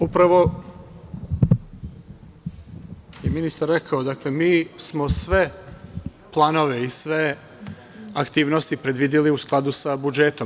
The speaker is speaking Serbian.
Upravo je ministar rekao, dakle mi smo sve planove i sve aktivnosti predvideli u skladu sa budžetom.